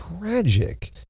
tragic